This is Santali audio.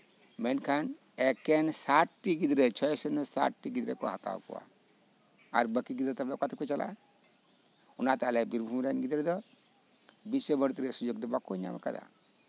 ᱢᱮᱱᱠᱷᱟᱱ ᱮᱠᱮᱱ ᱥᱟᱴ ᱴᱤ ᱜᱤᱫᱽᱨᱟᱹ ᱪᱷᱚᱭ ᱥᱩᱱᱱᱚ ᱥᱟᱴᱴᱤ ᱜᱤᱫᱽᱨᱟᱹ ᱠᱚ ᱦᱟᱛᱟᱣ ᱠᱚᱣᱟ ᱟᱨ ᱵᱟᱹᱠᱤ ᱜᱤᱫᱽᱨᱟᱹ ᱛᱟᱦᱞᱮ ᱚᱠᱟ ᱛᱮᱠᱚ ᱪᱟᱞᱟᱜᱼᱟ ᱚᱱᱟᱛᱮ ᱟᱞᱮ ᱵᱤᱨᱵᱷᱩᱢ ᱨᱮᱱ ᱜᱤᱫᱽᱨᱟᱹ ᱫᱚ ᱵᱤᱥᱥᱚ ᱵᱷᱟᱨᱚᱛᱤᱨᱮ ᱥᱩᱡᱳᱜ ᱫᱚ ᱵᱟᱠᱚ ᱧᱟᱢ ᱟᱠᱟᱫᱟ